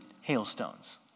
hailstones